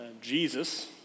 Jesus